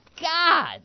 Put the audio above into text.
God